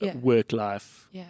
work-life